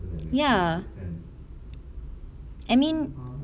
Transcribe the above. ya I mean